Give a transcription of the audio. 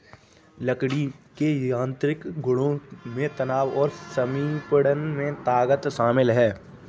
लकड़ी के यांत्रिक गुणों में तनाव और संपीड़न में ताकत शामिल है